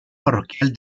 parroquial